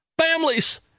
families